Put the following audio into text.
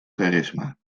charisma